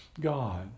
God